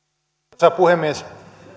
arvoisa puhemies